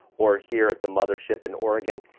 or here at the mother ship in oregon.